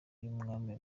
y’umwami